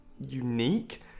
unique